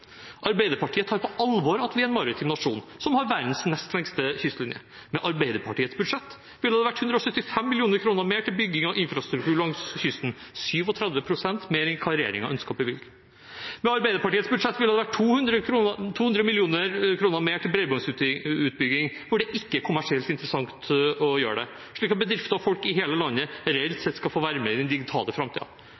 Arbeiderpartiet tar på alvor at vi er en maritim nasjon, som har verdens nest lengste kystlinje. Med Arbeiderpartiets budsjett ville det vært 175 mill. kr mer til bygging av infrastruktur langs kysten, 37 pst. mer enn hva regjeringen ønsker å bevilge. Med Arbeiderpartiets budsjett ville det vært 200 mill. kr mer til bredbåndsutbygging der hvor det ikke er kommersielt interessant å ha det, slik at bedrifter og folk i hele landet reelt